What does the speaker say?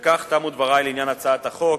בכך תמו דברי לעניין הצעת החוק,